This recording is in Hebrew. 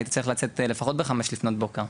הייתי צריך לצאת לפחות בחמש לפנות בוקר.